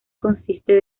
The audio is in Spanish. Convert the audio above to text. consiste